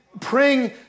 praying